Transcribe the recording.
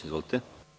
Izvolite.